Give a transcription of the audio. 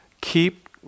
keep